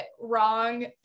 wrong